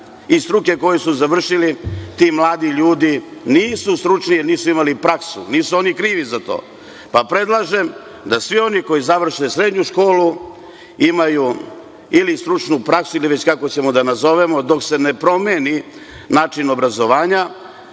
struke koju su završili, ti mladi ljudi nisu stručni jer nisu imali praksu, nisu oni krivi za to. Predlažem da svi oni koji završe srednju školu imaju ili stručnu praksu ili već kako ćemo da nazovemo, dok se ne promeni način obrazovanja,